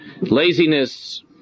Laziness